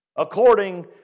according